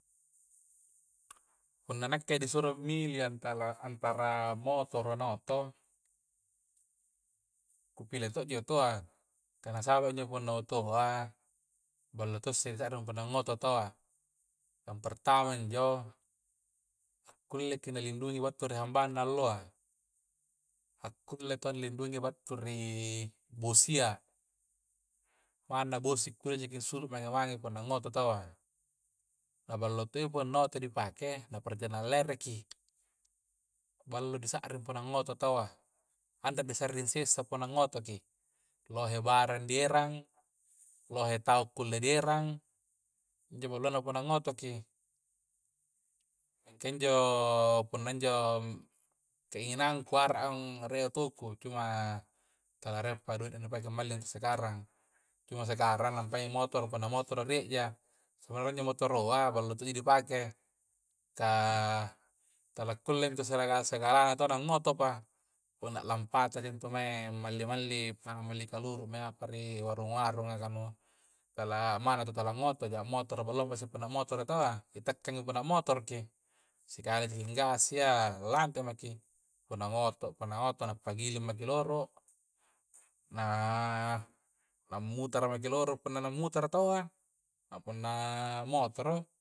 Punna nakke disuro mili antala antara motoro na oto ku pile to'ji otoa kah nasaba injo punna otoa ballo to si sa'ring punna ngato toa yang pertama injo akulle ki na lindungi battu ri hambangna alloa akulleki to lindungi battu ri bosia manna bosi kulle jeki sulu mange-mange punna angngoto taua na ballo to i punna oto' di pakai na perjalanan lereki ballo di sa'ring punna angngoto taua andre di sa'ring sessa punna angngoto ki lohe barang di erang lohe tau kulle di erang injo ballona punna ngotoki mingka injo punna njo keinganangku a'ra a angrie otoku cuma tala rie pi doi' nu pake malling ri sakarang cuma sakarang apa ya motoro punna motoro rie ja sebanarnya injo motoroa ballo to'ji dipakai kah tala kulle sagala-sagalana angngotopa punna lampataja intu mae malli-malli pada malli kaluru mae apa ri warung-warunga ka nu tala mana tala ngotoja motoro kollongku sipanama motoro taua, itakkangi punna motoroki sikali ji ngi gas ya lante maki punna ngoto punna ngoto nampa giling maki loro na mutara maki loro punna la mutara tawwa apunna motoro.